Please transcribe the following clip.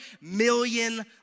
million